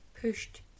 pushed